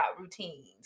routines